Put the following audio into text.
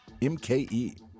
MKE